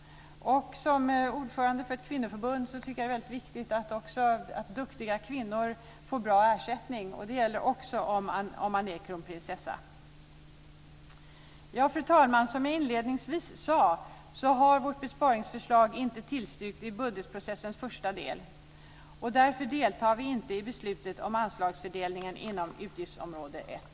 Och som ordförande för ett kvinnoförbund tycker jag att det är väldigt viktigt att duktiga kvinnor får bra ersättning. Det gäller också om man är kronprinsessa. Fru talman! Som jag inledningsvis sade har vårt besparingsförslag inte tillstyrkts i budgetprocessens första del. Därför deltar vi inte i beslutet om anslagsfördelningen inom utgiftsområde 1.